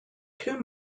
two